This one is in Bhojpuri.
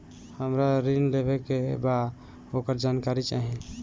हमरा ऋण लेवे के बा वोकर जानकारी चाही